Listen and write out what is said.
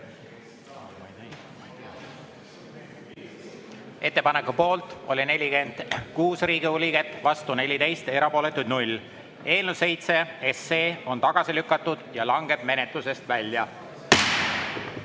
Ettepaneku poolt oli 46 Riigikogu liiget, vastu 14, erapooletuid 0. Eelnõu 7 on tagasi lükatud ja langeb menetlusest välja.